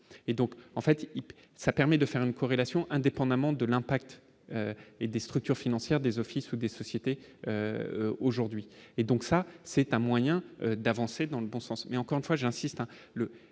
et donc en fait, ça permet de faire une corrélation, indépendamment de l'impact et des structures financières des offices ou des sociétés aujourd'hui et donc ça, c'est un moyen d'avancer dans le bon sens, mais encore une fois, j'insiste, le